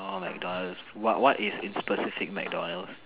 orh McDonald's what what is in specific McDonald's